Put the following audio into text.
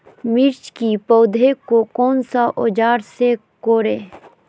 मिर्च की पौधे को कौन सा औजार से कोरे?